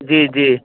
जी जी